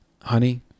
honey